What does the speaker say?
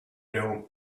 know